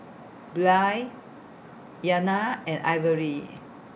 Blair Iyana and Ivory